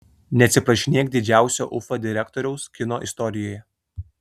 neatsiprašinėk didžiausio ufa direktoriaus kino istorijoje